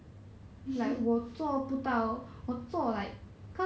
!walao! wasted leh like that